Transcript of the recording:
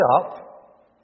up